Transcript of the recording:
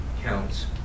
counts